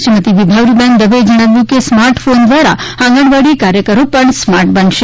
શ્રીમતી વિભાવરીબેન દવેએ જણાવ્યું કે સ્માર્ટ ફોન દ્વારા આંગણવાડી કાર્યકરો પણ સ્માર્ટ બનશે